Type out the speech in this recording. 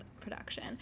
production